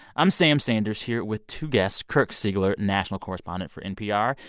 i'm sam sanders here with two guests kirk siegler, national correspondent for npr,